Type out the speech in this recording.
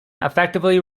effectively